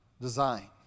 design